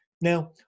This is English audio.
Now